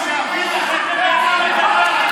שהווירוס יתקזז איתך.